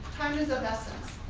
time is of essence.